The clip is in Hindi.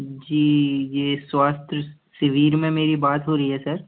जी ये स्वास्थ्य शिविर में मेरी बात हो रही है सर